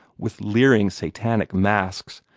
with leering satanic masks,